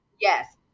Yes